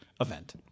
event